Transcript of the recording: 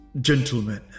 Gentlemen